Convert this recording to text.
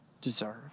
Deserve